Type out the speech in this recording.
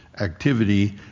activity